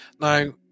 Now